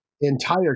entire